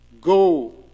go